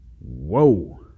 Whoa